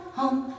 home